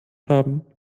haben